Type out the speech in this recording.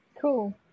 Cool